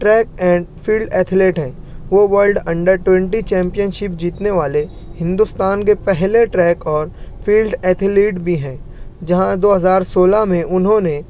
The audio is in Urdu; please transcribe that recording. ٹریک اینڈ فیلڈ ایتھلیٹ ہیں وہ world under twenty championship جیتنے والے ہندوستان کے پہلے ٹریک اور فیلڈ ایتھلیٹ بھی ہیں جہاں دو ہزار سولہ میں انہوں نے